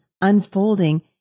unfolding